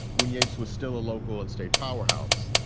when yates was still a local and state powerhouse,